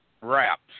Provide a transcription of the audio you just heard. wraps